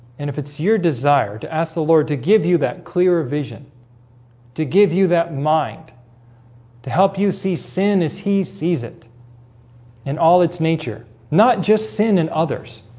and if it's your desire to ask the lord to give you that clearer vision to give you that mind to help you see sin as he sees it and all its nature not just sin in others,